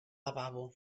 lavabo